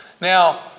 Now